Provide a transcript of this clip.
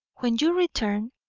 when you return,